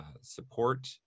support